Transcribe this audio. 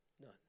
none